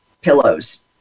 pillows